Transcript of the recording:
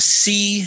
see